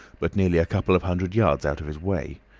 but nearly a couple of hundred yards out of his way.